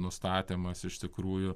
nustatymas iš tikrųjų